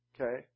okay